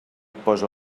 posa